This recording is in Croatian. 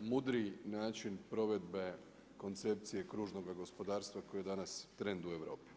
mudriji način provedbe koncepcije kružnoga gospodarstva koji je danas trend u Europi.